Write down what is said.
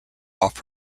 off